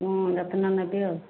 ମୁଁ ଯତ୍ନ ନେବି ଆଉ